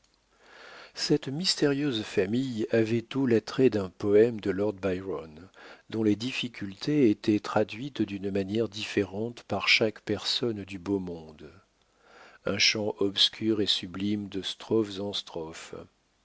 cette mystérieuse famille avait tout l'attrait d'un poème de lord byron dont les difficultés étaient traduites d'une manière différente par chaque personne du beau monde un chant obscur et sublime de strophe